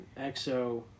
EXO